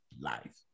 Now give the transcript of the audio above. life